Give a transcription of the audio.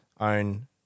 own